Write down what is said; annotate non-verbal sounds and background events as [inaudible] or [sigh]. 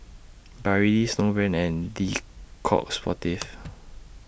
Barilla Snowbrand and Le Coq Sportif [noise]